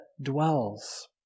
dwells